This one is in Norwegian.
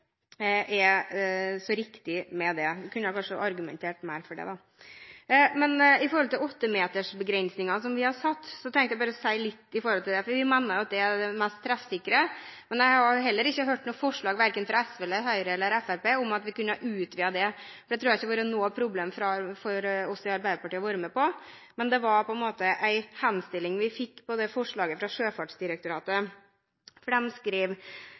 så riktig med det. Han kunne da kanskje argumentert mer for det. Når det gjelder 8-metersbegrensningen vi har satt, tenkte jeg å si litt om det. Vi mener det er det mest treffsikre. Jeg har ikke hørt om noe forslag verken fra SV, Høyre eller Fremskrittspartiet om å utvide den grensen, og det tror jeg ikke hadde vært noe problem for oss i Arbeiderpartiet å være med på. Men dette var en henstilling vi fikk gjennom forslaget fra Sjøfartsdirektoratet.